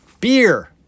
beer